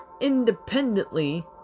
independently